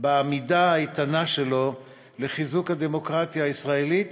בעמידה האיתנה שלו לחיזוק הדמוקרטיה הישראלית